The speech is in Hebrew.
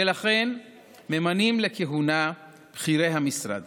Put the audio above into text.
ולכן ממונים לכהונה בכירי המשרד